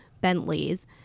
Bentleys